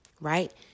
right